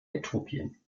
äthiopien